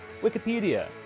Wikipedia